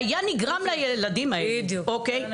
שהיה נגרם לילדים האלה, אוקיי?